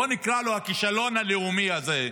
בואו נקרא לו "הכישלון הלאומי הזה"